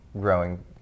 growing